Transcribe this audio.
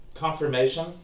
Confirmation